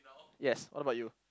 yes what about you